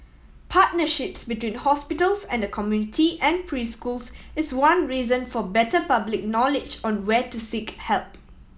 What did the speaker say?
partnerships between hospitals and the community and preschools is one reason for better public knowledge on where to seek help